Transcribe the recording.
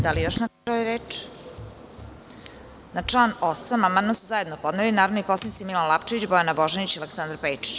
Da li još neko želi reč? (Ne) Na član 8. amandman su zajedno podneli narodni poslanici Milan Lapčević, Bojana Božanić i Aleksandar Pejčić.